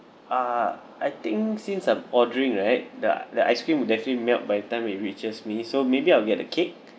uh I think since I'm ordering right the the ice cream would definitely melt by time it reaches me so maybe I'll get the cake